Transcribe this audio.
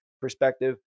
perspective